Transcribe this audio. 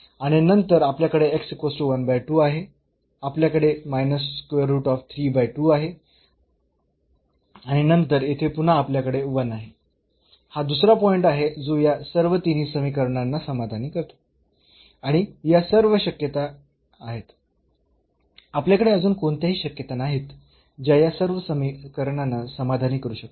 आणि नंतर आपल्याकडे आहे आपल्याकडे आहे आणि नंतर येथे पुन्हा आपल्याकडे 1 आहे हा दुसरा पॉईंट आहे जो या सर्व तिन्ही समीकरणांना समाधानी करतो आणि या सर्व शक्यता आहेत आपल्याकडे अजून कोणत्याही शक्यता नाहीत ज्या या सर्व समीकरणांना समाधानी करू शकतात